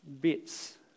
bits